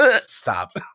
Stop